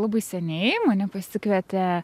labai seniai mane pasikvietė